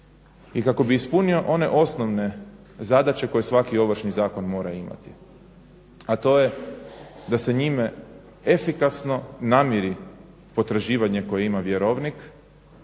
i kako bi ispunio one osnovne zadaće koji svaki Ovršni zakon mora imati, a to je da se njime efikasno namjeri potraživanje koje ima vjerovnik